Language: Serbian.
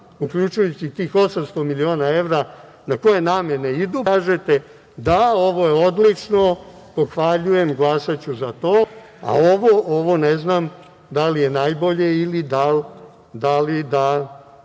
uključujući i tih 800 miliona evra, na koje namene idu, pa onda kažete – da, ovo je odlično, pohvaljujem, glasaću za to, a ovo ne znam da li je najbolje ili da li je